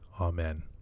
Amen